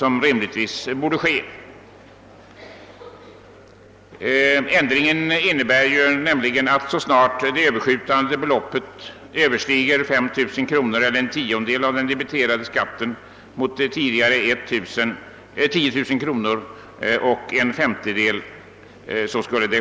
Ändringen innebär nämligen att ränta skall debiteras så snart det överskjutande beloppet överstiger 5000 kronor eller en tiondel av den debiterade skatten, mot tidigare 10000 kronor eller en femtedel.